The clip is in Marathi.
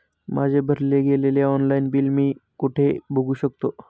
माझे भरले गेलेले ऑनलाईन बिल मी कुठे बघू शकतो?